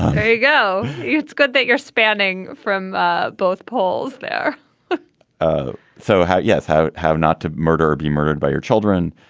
go. it's good that you're spanning from ah both polls there ah so how. yes. how have not to murder or be murdered by your children.